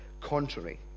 contrary